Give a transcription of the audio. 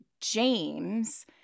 James